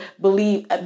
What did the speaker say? believe